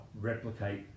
replicate